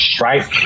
right